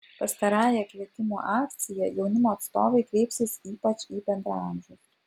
pastarąja kvietimų akcija jaunimo atstovai kreipsis ypač į bendraamžius